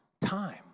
time